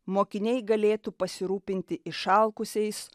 mokiniai galėtų pasirūpinti išalkusiais